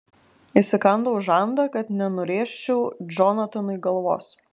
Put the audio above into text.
įsikandau žandą kad nenurėžčiau džonatanui galvos